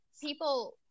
people